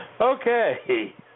Okay